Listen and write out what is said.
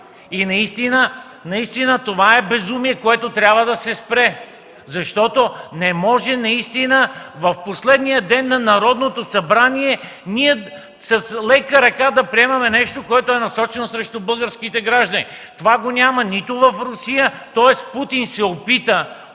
И наистина това е безумие, което трябва да се спре! Не може наистина в последния ден на Народното събрание ние с лека ръка да приемаме нещо, което е насочено срещу българските граждани. Това го няма нито в Русия, тоест Путин се опита